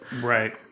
Right